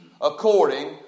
according